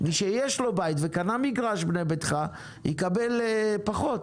מי שיש לו בית וקנה מגרש בנה ביתך, יקבל פחות.